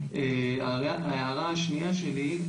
ההערה השנייה שלי,